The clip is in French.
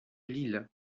lille